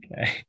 okay